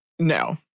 No